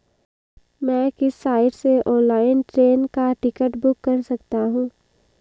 मैं किस साइट से ऑनलाइन ट्रेन का टिकट बुक कर सकता हूँ?